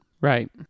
Right